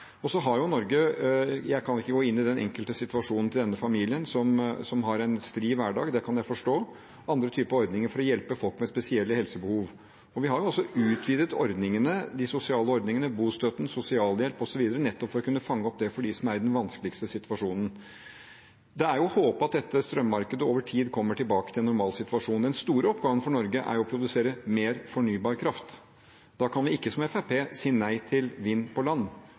Så har jo Norge – jeg kan ikke gå inn i enkeltsituasjonen til denne familien, som har en stri hverdag, det kan jeg forstå – andre typer ordninger for å hjelpe folk med spesielle helsebehov. Vi har jo også utvidet ordningene, de sosiale ordningene, bostøtten, sosialhjelp osv., nettopp for å kunne fange opp det for dem som er i den vanskeligste situasjonen. Det er jo å håpe at dette strømmarkedet over tid kommer tilbake til normalsituasjonen. Den store oppgaven for Norge er å produsere mer fornybar kraft. Da kan vi ikke, som Fremskrittspartiet, si nei til vind på land,